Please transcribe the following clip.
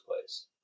place